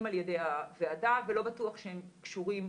על ידי הוועדה ולא בטוח שהם קשורים